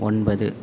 ஒன்பது